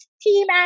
Team